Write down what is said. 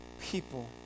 people